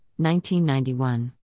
1991